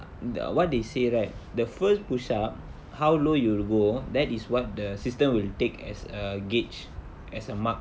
a~ the what they say right the first push up how low you'll go that is what the system will take as a gauge as a mark